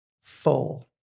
full